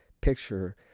picture